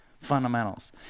fundamentals